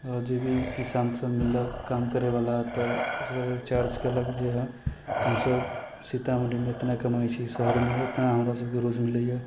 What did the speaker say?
आओर जे भी किसानसब मिललक काम करैवला तऽ ओसबसँ चार्ज केलक जेना हमसब सीतामढ़ीमे एतना कमाइ छी शहरमे एतना हमरा सबके रोज मिलैए